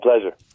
pleasure